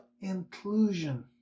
inclusion